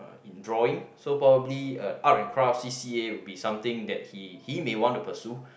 uh in drawing so probably uh art and craft C_C_A would be something that he he may want to pursue